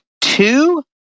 two